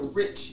rich